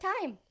time